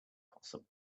possible